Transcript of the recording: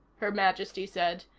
her majesty said.